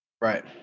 Right